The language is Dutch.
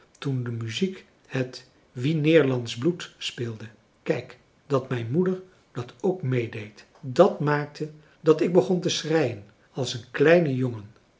toen de muziek het wien neerlandsch bloed speelde kijk dat mijn moeder dat ook meedeed dat maakte dat ik begon te schreien als een kleine jongen